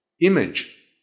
image